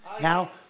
Now